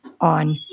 on